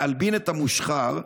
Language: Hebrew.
להלבין את המושחר,